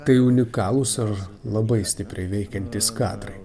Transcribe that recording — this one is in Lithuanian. tai unikalūs ar labai stipriai veikiantys kadrai